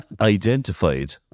identified